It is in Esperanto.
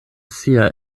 sia